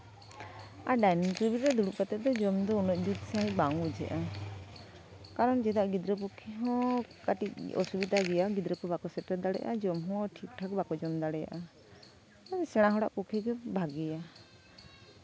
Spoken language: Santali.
ᱟᱨ ᱰᱟᱭᱱᱤᱝ ᱴᱮᱵᱤᱞ ᱨᱮ ᱫᱩᱲᱩᱵ ᱠᱟᱛᱮᱜ ᱫᱚ ᱡᱚᱢ ᱫᱚ ᱩᱱᱟᱹᱜ ᱡᱩᱛ ᱥᱟᱺᱦᱤᱡ ᱵᱟᱝ ᱵᱩᱡᱷᱟᱹᱜᱼᱟ ᱠᱟᱨᱚᱱ ᱪᱮᱫᱟᱜ ᱜᱤᱫᱽᱨᱟᱹ ᱯᱚᱠᱠᱷᱮ ᱦᱚᱸᱠᱟᱹᱴᱤᱡ ᱚᱥᱩᱵᱤᱫᱷᱟ ᱜᱮᱭᱟ ᱜᱤᱫᱽᱨᱟᱹ ᱠᱚ ᱵᱟᱠᱚ ᱥᱮᱴᱮᱨ ᱫᱟᱲᱮᱭᱟᱜᱼᱟ ᱡᱚᱢ ᱦᱚᱸ ᱴᱷᱤᱠ ᱴᱷᱟᱠ ᱵᱟᱠᱚ ᱡᱚᱢ ᱫᱟᱲᱮᱭᱟᱜᱼᱟ ᱥᱮᱬᱟ ᱦᱚᱲᱟᱜ ᱯᱚᱠᱠᱷᱮ ᱜᱮ ᱵᱷᱟᱹᱜᱤᱭᱟ